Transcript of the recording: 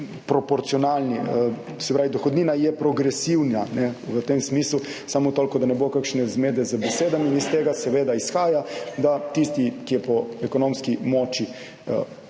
proporcionalni, se pravi, dohodnina je progresivna v tem smislu, samo toliko, da ne bo kakšne zmede z besedami in iz tega seveda izhaja, da tisti, ki je po ekonomski moči